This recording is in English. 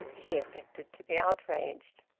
she affected to be outraged.